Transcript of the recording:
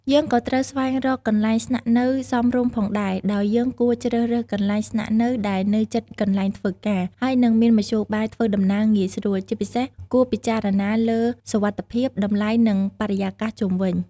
យើងក៏ត្រូវស្វែងរកកន្លែងស្នាក់នៅសមរម្យផងដែរ ដោយយើងគួរជ្រើសរើសកន្លែងស្នាក់នៅដែលនៅជិតកន្លែងធ្វើការ ហើយនឹងមានមធ្យោបាយធ្វើដំណើរងាយស្រួល ជាពិសេសគួរពិចារណាលើសុវត្ថិភាព តម្លៃ និងបរិយាកាសជុំវិញ។